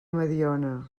mediona